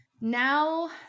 Now